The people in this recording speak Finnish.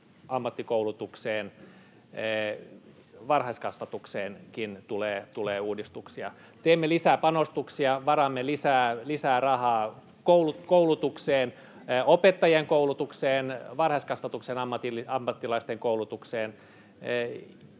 ammattikoulutukseen — varhaiskasvatukseenkin tulee uudistuksia. Teemme lisää panostuksia, varaamme lisää rahaa koulutukseen, opettajien koulutukseen, varhaiskasvatuksen ammattilaisten koulutukseen.